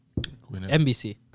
NBC